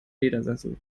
ledersessel